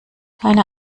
keine